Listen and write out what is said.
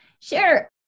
Sure